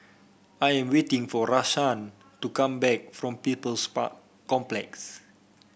I am waiting for Rahsaan to come back from People's Park Complex